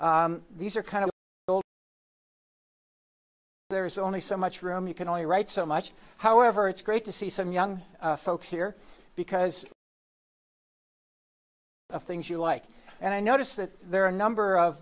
these are kind of there's only so much room you can only write so much however it's great to see some young folks here because of things you like and i notice that there are a number of